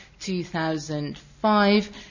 2005